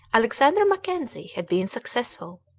alexander mackenzie had been successful.